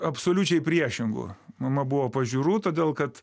absoliučiai priešingų mama buvo pažiūrų todėl kad